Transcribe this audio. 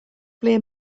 ble